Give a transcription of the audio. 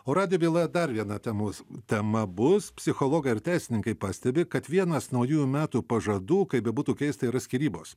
o radijo byla dar viena temos tema bus psichologai ir teisininkai pastebi kad vienas naujųjų metų pažadų kaip bebūtų keista yra skyrybos